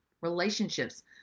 relationships